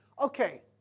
Okay